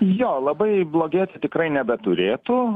jo labai blogėti tikrai nebeturėtų